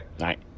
right